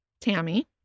Tammy